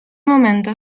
momento